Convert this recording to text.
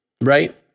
right